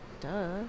Duh